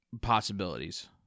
possibilities